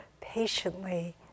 Patiently